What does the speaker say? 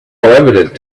evident